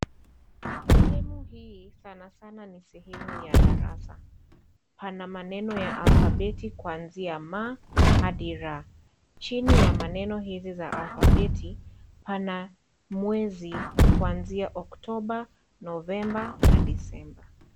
Sehemu hii sana sana ni sehemu ya darasa. Pana maneno ya alfabeti kuanzia ma hadi ra. Chini ya maneno hizi za alfabeti , pana mwezi kuanzia Oktoba, Novemba na Desemba.